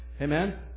Amen